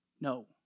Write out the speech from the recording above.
No